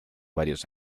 varios